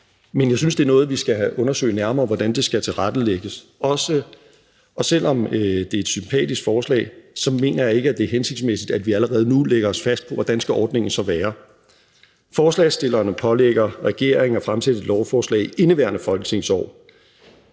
Men jeg synes det er noget, vi skal undersøge nærmere, i forhold til hvordan det skal tilrettelægges. Og selv om det er et sympatisk forslag, mener jeg ikke, at det er hensigtsmæssigt, at vi allerede nu lægger os fast på, hvordan ordningen så skal være. Forslagsstillerne pålægger regeringen at fremsætte et lovforslag i indeværende folketingsår.